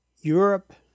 Europe